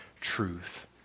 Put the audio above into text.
truth